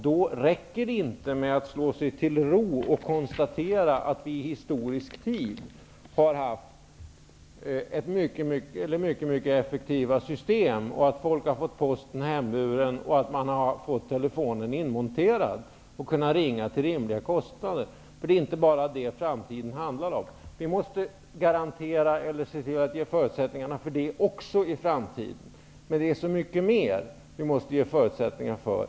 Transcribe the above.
Det räcker då inte att slå sig till ro och konstatera att vi historisk sett har haft mycket effektiva system, att folk har fått sin post hemburen, att man har fått sin telefon inmonterad och att man har kunnat ringa till rimliga kostnader. Det handlar inte bara om det i framtiden. Vi måste visserligen se till att ge förutsättningar även för det i framtiden. Men det är så mycket mer som vi måste ge förutsättningar för.